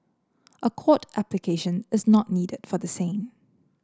a court application is not needed for the same